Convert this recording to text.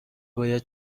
باید